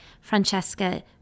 Francesca